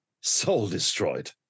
soul-destroyed